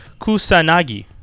kusanagi